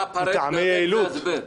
מטעמי יעילות.